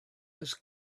was